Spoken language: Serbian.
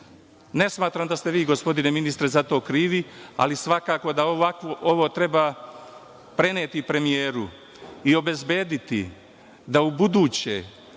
Ne smatram da ste vi, gospodine ministre za to krivi, ali svakako da ovo treba preneti premijeru i obezbediti da ubuduće,